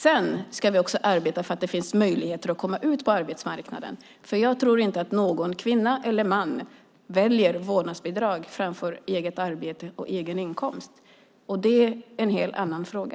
Vi ska också arbeta för att det ska finnas möjligheter att komma ut på arbetsmarknaden, för jag tror inte att någon kvinna eller man väljer vårdnadsbidrag framför eget arbete och egen inkomst. Och det är en helt annan fråga.